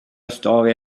story